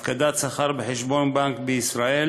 הפקדת שכר בחשבון בנק בישראל,